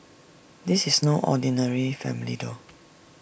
this is no ordinary family though